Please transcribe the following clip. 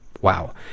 wow